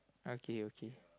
okay okay